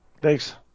Thanks